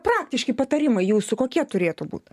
praktiški patarimai jūsų kokie turėtų būt